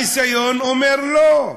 הניסיון אומר לא,